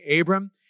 Abram